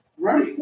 Right